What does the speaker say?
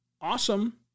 awesome